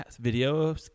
video